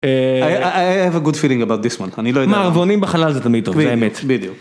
I have a good feeling about this one, מעבונים בחלל זה תמיד טוב, זה אמת.